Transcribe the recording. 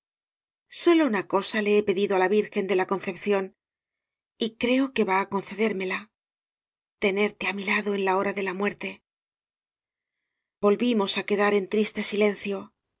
sólo una cosa le he pedido á la virgen de la concepción y creo que va á concedérmela tenerte á mi lado en la hora de la muerte volvimos á quedar en triste silencio